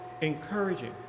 encouraging